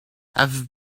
had